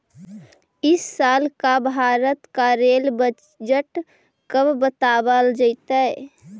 इस साल का भारत का रेल बजट कब बतावाल जतई